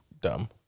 dumb